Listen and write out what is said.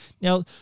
Now